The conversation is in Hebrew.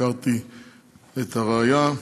הכרתי את הרעיה.